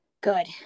Good